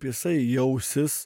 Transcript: jisai jausis